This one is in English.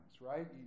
right